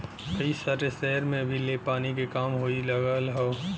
कई सारे सहर में अभी ले पानी के कमी होए लगल हौ